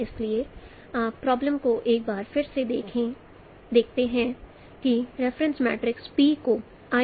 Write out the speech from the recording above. इसलिए आप प्रॉब्लम को एक बार फिर से देखते हैं कि रेफरेंस मैट्रिक्स P को I